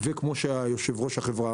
כמו שאמר יושב-ראש החברה,